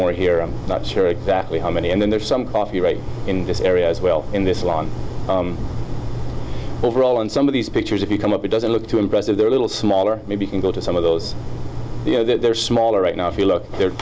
more here i'm not sure exactly how many and then there are some coffee right in this area as well in this one overall and some of these pictures if you come up it doesn't look too impressive they're a little smaller maybe you can go to some of those you know they're smaller right now if you look the